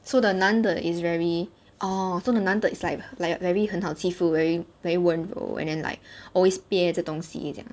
so the 男的 is very orh so the 男的 is like like very 很好欺负 very very 温柔 and then like always 憋这东西这样